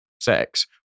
sex